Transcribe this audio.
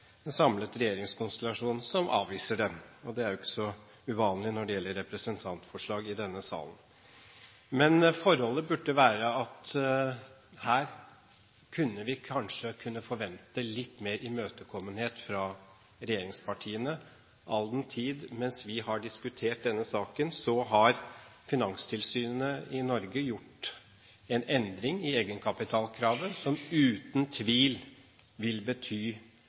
en samlet regjeringskonstellasjon som avviser den, og det er jo ikke så uvanlig når det gjelder representantforslag i denne salen. Men her burde vi kanskje kunne forventet litt mer imøtekommenhet fra regjeringspartiene, all den tid at mens vi har diskutert denne saken, har Finanstilsynet i Norge gjort en endring i egenkapitalkravet, som uten tvil vil bety